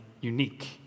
unique